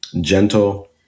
gentle